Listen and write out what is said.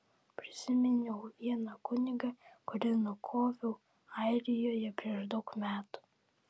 prisiminiau vieną kunigą kurį nukoviau airijoje prieš daug metų